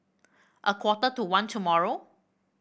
a quarter to one tomorrow